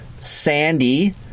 sandy